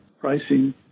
pricing